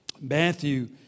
Matthew